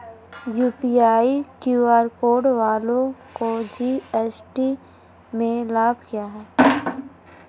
UPI QR code वालों को GST में लाभ क्या है?